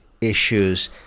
issues